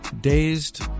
dazed